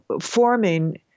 forming